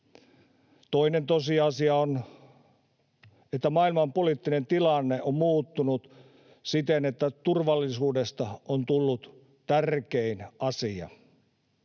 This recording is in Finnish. Toinen tosiasia on, että maailmanpoliittinen tilanne on muuttunut siten, että turvallisuudesta on tullut tärkein asia.